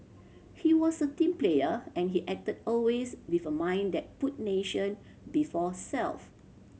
he was a team player and he acted always with a mind that put nation before self